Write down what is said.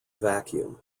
vacuum